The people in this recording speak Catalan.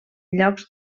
llocs